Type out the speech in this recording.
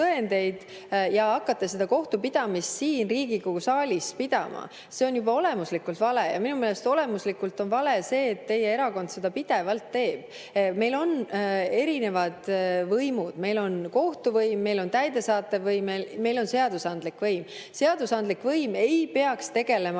ja hakkate seda kohtupidamist siin Riigikogu saalis pidama, see on juba olemuslikult vale. Ja minu meelest olemuslikult on vale see, et teie erakond seda pidevalt teeb. Meil on erinevad võimud, meil on kohtuvõim, meil on täidesaatev võim, meil on seadusandlik võim. Seadusandlik võim ei peaks tegelema